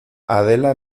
adela